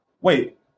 wait –